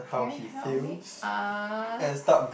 can you help me ask